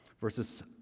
Verses